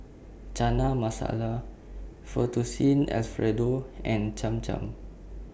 Chana Masala Fettuccine Alfredo and Cham Cham